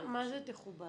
מה זה תכובד?